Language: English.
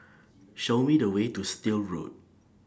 Show Me The Way to Still Road